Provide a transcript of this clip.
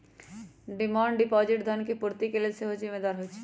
demand deposit धन के पूर्ति के लेल सेहो जिम्मेदार होइ छइ